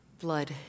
blood